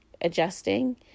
adjusting